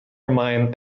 mine